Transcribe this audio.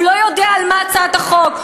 הוא לא יודע על מה הצעת החוק,